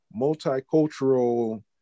multicultural